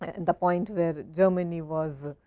and the point where germany was